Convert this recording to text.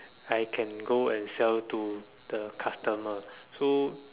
I'm can go and sell to the customer so